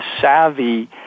savvy